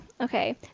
okay